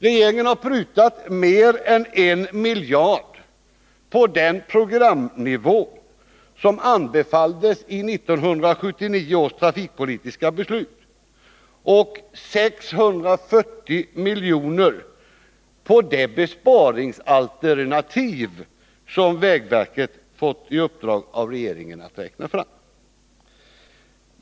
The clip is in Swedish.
Regeringen har prutat mer än en miljard på den programnivå som anbefalldes i 1979 års trafikpolitiska beslut och 640 miljoner på de besparingsalternativ som vägverket fått i uppdrag av regeringen att räkna fram.